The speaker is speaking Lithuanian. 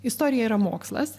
istorija yra mokslas